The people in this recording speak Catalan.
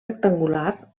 rectangular